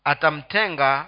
Atamtenga